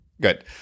Good